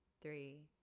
three